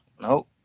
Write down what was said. nope